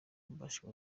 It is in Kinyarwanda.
mbashe